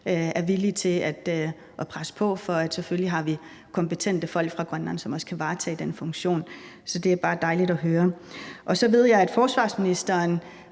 er villige til at presse på, for selvfølgelig har vi kompetente folk fra Grønland, som også kan varetage den funktion. Så det er bare dejligt at høre. Så ved jeg, at forsvarsministeren